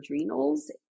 adrenals